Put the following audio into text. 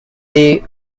the